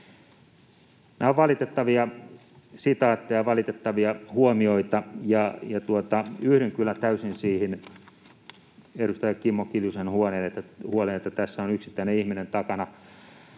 Nämä ovat valitettavia sitaatteja, valitettavia huomioita, ja yhdyn kyllä täysin siihen edustaja Kimmo Kiljusen huoleen, että tässä on yksittäinen ihminen takana,